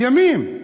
ימים.